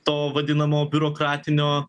to vadinamo biurokratinio